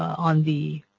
on the